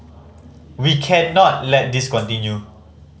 we cannot let this continue